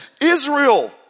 Israel